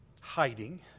Hiding